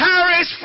Paris